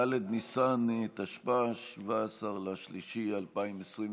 ד' בניסן התשפ"א (17 במרץ 2021)